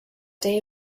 day